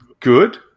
good